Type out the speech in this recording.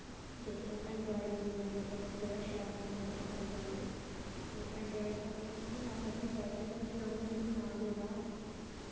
ते ओह् ऐंडरायड बी मतलब बड़ा शैल कम्म करदा ऐंडरायड ते ऐंडरायड दा एह् ऐ कि नां एह्दी बैटरी जल्दी डाउन होंदा नां गै एह्दा